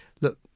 look